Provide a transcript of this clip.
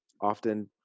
often